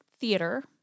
theater